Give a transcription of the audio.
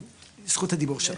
זכות הדיבור שלך.